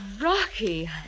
Rocky